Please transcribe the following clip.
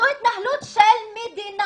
זאת התנהלות של מדינה.